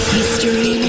History